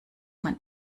man